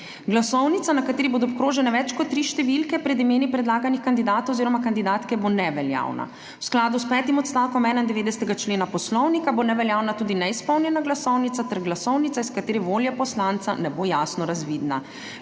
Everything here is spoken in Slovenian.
Glasovnica, na kateri bodo obkrožene več kot tri številke pred imeni predlaganih kandidatov oziroma kandidatke, bo neveljavna. V skladu s petim odstavkom 91. člena Poslovnika bo neveljavna tudi neizpolnjena glasovnica ter glasovnica, iz katere volja poslanca ne bo jasno razvidna.